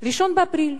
1 באפריל,